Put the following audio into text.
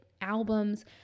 albums